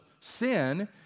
sin